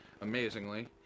amazingly